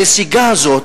הנסיגה הזאת,